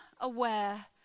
aware